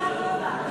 (הוראת